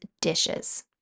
dishes